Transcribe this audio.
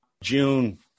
June